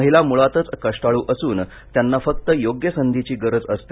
महिला मुळातच कष्टाळू असून त्यांना फक्त योग्य संधीची गरज असते